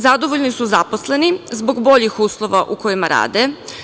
Zadovoljni su zaposleni zbog boljih uslova u kojima rade.